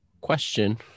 Question